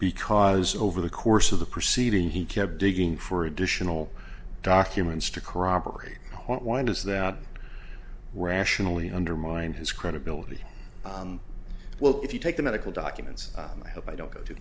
because over the course of the proceeding he kept digging for additional documents to corroborate why does that rationally undermine his credibility well if you take the medical documents i hope i don't go to